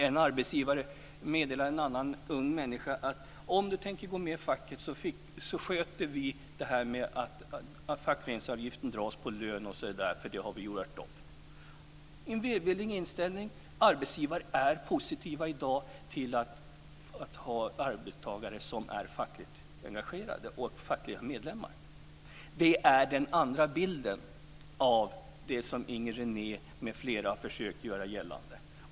En arbetsgivare meddelar en annan ung människa att om du tänker gå med i facket så sköter vi om att fackföreningsavgiften dras på lönen, för det har vi gjort upp om. En välvillig inställning. Arbetsgivare är i dag positiva till att ha arbetstagare som är fackliga medlemmar och fackligt engagerade. Det är den andra sidan av den bild som Inger René m.fl. försökt göra gällande.